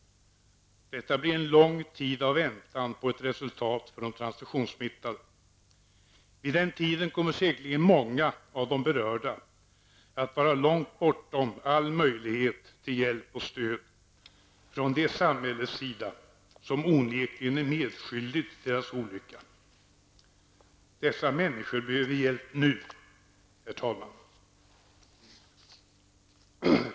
Detta blir en lång tid av väntan på ett resultat för de transfusionssmittade. Vid den tidpunkten kommer säkerligen många av de berörda att vara långt bortom all möjlighet till hjälp och stöd från det samhälles sida som onekligen är medskyldigt till deras olycka. Dessa människor behöver hjälp nu, herr talman!